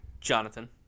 Jonathan